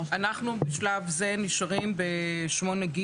בשלב זה אנחנו נשארים ב-8ג,